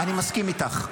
אני מסכים איתך.